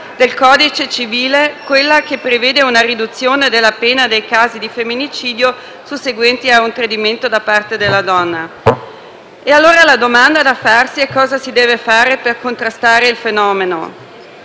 del codice penale, quella che prevede una riduzione della pena nei casi di femminicidio susseguenti ad un tradimento da parte della donna. E allora la domanda da farsi è cosa si deve fare per contrastare il fenomeno.